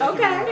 Okay